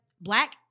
black